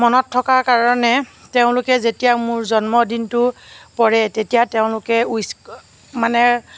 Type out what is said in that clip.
মনত থকাৰ কাৰণে তেওঁলোকে যেতিয়া মোৰ জন্মদিনটো পৰে তেতিয়া তেওঁলোকে উইছ মানে